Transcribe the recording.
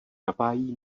napájí